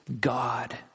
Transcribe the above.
God